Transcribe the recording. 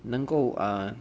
能够 ah